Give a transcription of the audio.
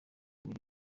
umugi